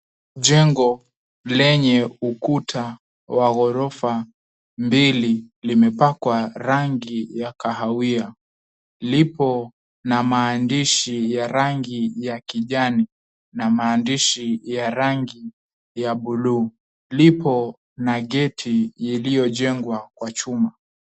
Jengo lenye ukuta wa ghorofa mbili, limepakwa rangi ya kahawia. Lipo na maandishi ya rangi ya kijani, na maandishi ya rangi ya bluu. Lipo na geti iliyojengwa kwa chuma.